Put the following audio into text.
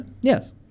Yes